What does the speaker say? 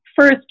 First